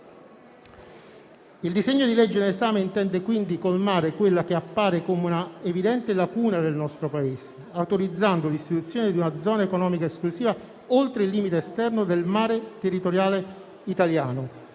Il disegno di legge in esame intende colmare ciò che appare come un'evidente lacuna nel nostro Paese autorizzando l'istituzione di una zona economica esclusiva oltre il limite esterno del mare territoriale italiano.